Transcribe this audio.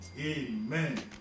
Amen